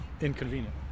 inconvenient